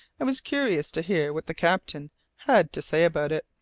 i was curious to hear what the captain had to say about it.